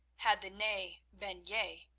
had the nay been yea,